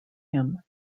him